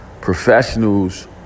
professionals